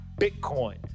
Bitcoin